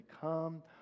come